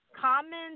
comments